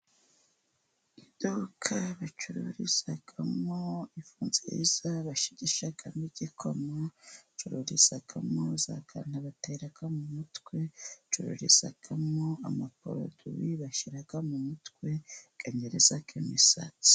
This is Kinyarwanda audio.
Iduka bacururizamo ifu nziza bashigishamo igikoma, bacururizamo za kanta batera mu mutwe, bacururizamo amapaoroduwi bibashyira mu mutwe, akanyereza imisatsi.